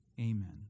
Amen